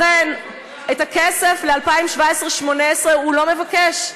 לכן, את הכסף ל-2017 2018 הוא לא מבקש.